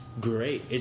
great